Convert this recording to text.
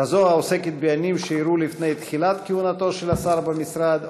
כזאת העוסקת בעניינים שאירעו לפני תחילת כהונתו של השר במשרד,